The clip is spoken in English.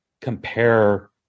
compare